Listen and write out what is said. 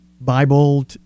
Bible